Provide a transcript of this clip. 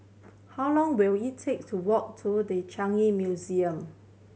how long will it take to walk to The Changi Museum